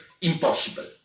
impossible